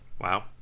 Wow